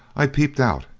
i peeped out,